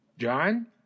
John